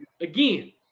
again